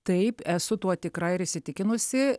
taip esu tuo tikra ir įsitikinusi